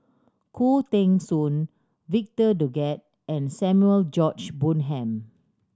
Khoo Teng Soon Victor Doggett and Samuel George Bonham